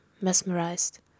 mesmerized